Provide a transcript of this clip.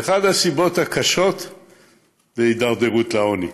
זו אחת הסיבות הקשות להידרדרות לעוני.